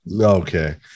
Okay